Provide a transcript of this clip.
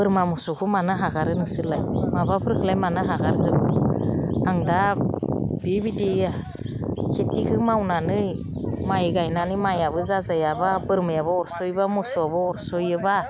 बोरमा मोसौखौ मानो हगारो नोंसोरलाय माबाफोरखौलाय मानो हगारजोबो आंदा बेबायदि खेथिखौ मावनानै माइ गायनानै माइयाबो जाजायाबा बोरमायाबो अरसयोबा मोसौआबो अरसयोबा